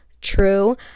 true